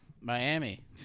Miami